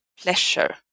pleasure